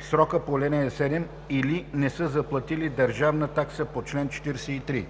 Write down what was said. в срока по ал. 7, или не са заплатили държавна такса по чл. 43“.